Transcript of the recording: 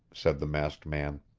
said the masked man.